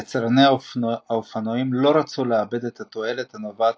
יצרני האופנועים לא רצו לאבד את התועלת הנובעת